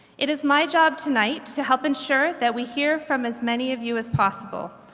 it is my job tonight to help ensure that we hear from as many of you as possible.